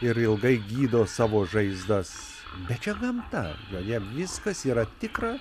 ir ilgai gydo savo žaizdas bet čia gamta joje viskas yra tikra